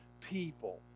people